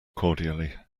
cordially